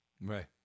Right